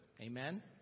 Amen